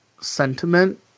sentiment